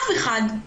אף אחד,